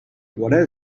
what